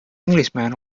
englishman